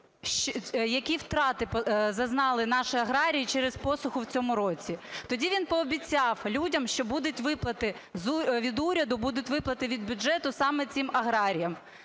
які втрати зазнали наші аграрії через посуху в цьому році. Тоді він пообіцяв людям, що будуть виплати від уряду, будуть виплати від бюджету саме цим аграріям.